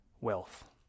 wealth